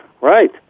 right